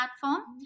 platform